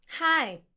Hi